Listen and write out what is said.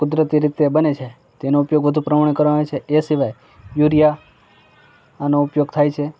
કુદરતી રીતે બને છે તેનો ઉપયોગ વધુ પ્રમાણે કરવામાં આવે છે એ સિવાય યુરિયા આનો ઉપયોગ થાય છે